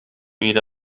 إلى